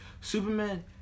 Superman